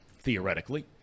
theoretically